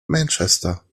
manchester